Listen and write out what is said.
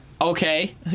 okay